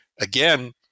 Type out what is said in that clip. again